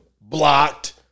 Blocked